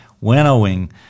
winnowing